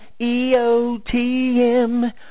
EOTM